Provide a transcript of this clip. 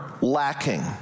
lacking